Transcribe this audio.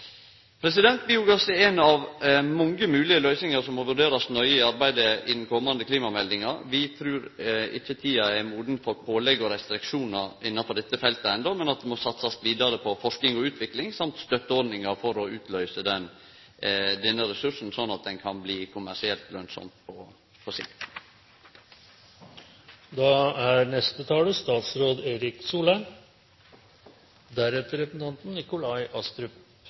Biogass er ei av mange moglege løysingar som må vurderast nøye i arbeidet med den komande klimameldinga. Vi trur ikkje tida er moden for pålegg og restriksjonar innafor dette feltet enno, men at det må satsast vidare på forsking og utvikling og støtteordningar for å utnytte denne ressursen, slik at han kan bli kommersielt lønsam på sikt. Jeg kommer inn på